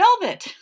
velvet